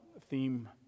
theme